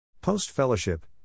Post-fellowship